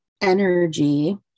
energy